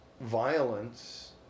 violence